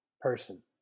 person